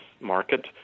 market